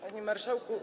Panie Marszałku!